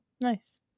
Nice